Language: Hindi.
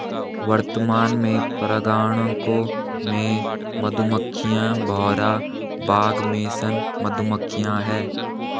वर्तमान में परागणकों में मधुमक्खियां, भौरा, बाग मेसन मधुमक्खियाँ है